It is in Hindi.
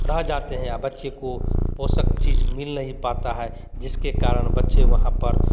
रह जाते हैं बच्चे को पोषक चीज मिल नहीं पता है जिसके कारण बच्चे वहाँ पर